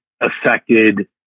affected